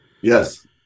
yes